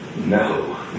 no